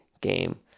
game